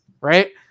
right